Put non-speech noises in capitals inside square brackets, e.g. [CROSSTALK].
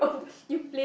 [BREATH]